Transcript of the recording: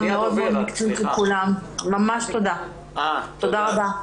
תודה רבה.